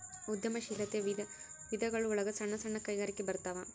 ಉದ್ಯಮ ಶೀಲಾತೆಯ ವಿಧಗಳು ಒಳಗ ಸಣ್ಣ ಸಣ್ಣ ಕೈಗಾರಿಕೆ ಬರತಾವ